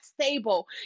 stable